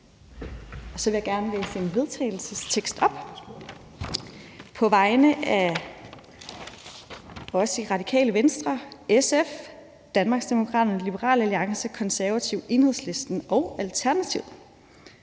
Så vil jeg gerne læse en vedtagelsestekst op. På vegne af os i Radikale Venstre, SF, Danmarksdemokraterne, Liberal Alliance, Konservative, Enhedslisten og Alternativet